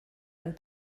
ein